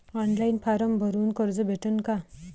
Online form भरून कर्ज भेटन का?